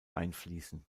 einfließen